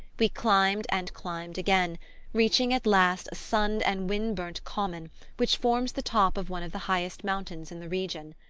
we climbed and climbed again, reaching at last a sun-and-wind-burnt common which forms the top of one of the highest mountains in the region.